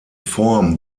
form